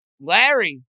Larry